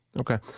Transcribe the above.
Okay